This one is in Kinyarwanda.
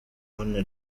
one